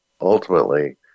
Ultimately